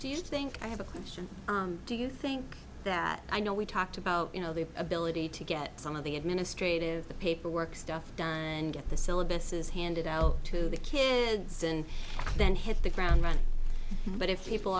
do you think i have a question do you think that i know we talked about you know the ability to get some of the administrative the paperwork stuff done and get the syllabus is handed out to the kids and then hit the ground but if people